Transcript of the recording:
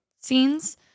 scenes